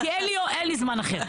כי אין לי זמן אחר.